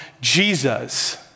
Jesus